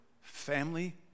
family